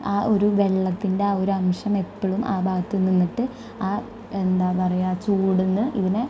ആ ഒരു വെള്ളത്തിൻ്റെ ആ ഒരു അംശം എപ്പോഴും ആ ഭാഗത്ത് നിന്നിട്ട് എന്താണ് പറയുക ചൂടിന് ഇതിനെ